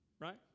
right